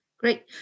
Great